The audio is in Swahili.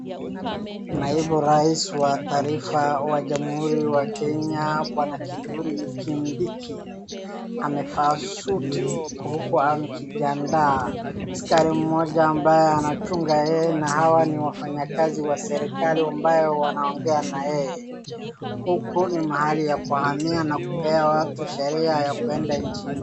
Naibu rais wa jamhuru ya Kenya bwana Kithure Kindiki amevaa suti huku akijiandaa. Askari mmoja ambaye anachunga yeye na hawa ni wafanyakazi wa serikali ambao wanaongea na yeye. Huku ni mahali ya kuhama na kupea watu sheria ya kwenda nchi ingine.